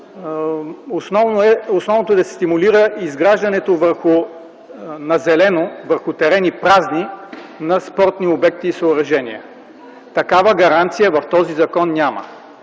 основното е да се стимулира изграждането „на зелено”, върху празни терени на спортни обекти и съоръжения. Такава гаранция в този закон няма.